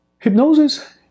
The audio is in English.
Hypnosis